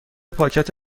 پاکت